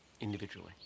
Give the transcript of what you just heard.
Individually